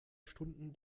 stunden